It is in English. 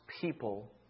people